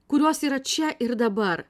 kurios yra čia ir dabar